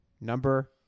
number